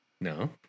No